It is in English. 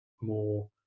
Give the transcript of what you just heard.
more